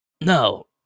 No